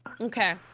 Okay